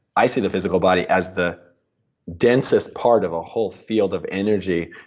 i see the physical body as the densest part of a whole field of energy,